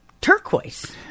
turquoise